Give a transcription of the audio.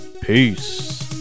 Peace